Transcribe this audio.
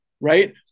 right